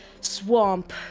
swamp